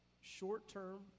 short-term